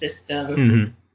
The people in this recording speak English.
system